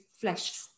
flesh